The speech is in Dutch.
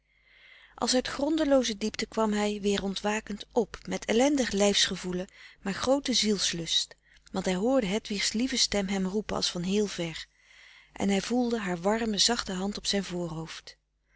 als uit grondelooze diepte kwam hij weer ontwakend op met ellendig lijfsgevoelen maar grooten ziels lust want hij hoorde hedwigs lieve stem hem roepen als van heel ver en hij voelde haar warme zachte hand op zijn voorhoofd